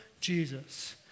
Jesus